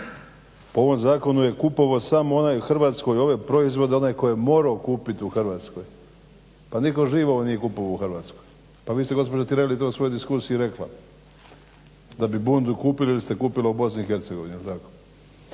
Po ovom zakonu je kupovao samo onaj, u Hrvatskoj ove proizvode onaj koji je morao kupiti u Hrvatskoj. Pa nitko živ vam nije kupovao u Hrvatskoj. Pa vi ste gospođo Tireli to u svojoj diskusiji rekla, da bi bundu kupili ili ste kupila u Bosni i Hercegovini,